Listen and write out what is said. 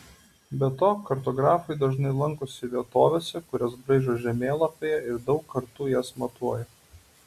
be to kartografai dažnai lankosi vietovėse kurias braižo žemėlapyje ir daug kartų jas matuoja